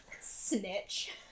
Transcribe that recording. snitch